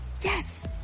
Yes